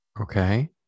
Okay